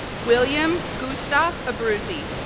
william gustaf abruzzi